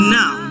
now